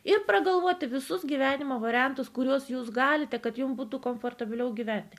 ir pragalvoti visus gyvenimo variantus kuriuos jūs galite kad jums būtų komfortabiliau gyventi